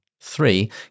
Three